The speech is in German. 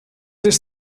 ist